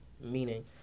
meaning